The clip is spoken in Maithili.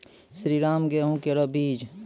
श्रीराम गेहूँ केरो बीज?